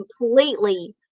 completely